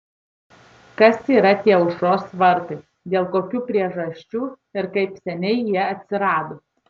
kas yra tie aušros vartai dėl kokių priežasčių ir kaip seniai jie atsirado